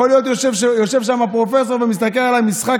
יכול להיות שיושב שם הפרופסור ומסתכל על המשחק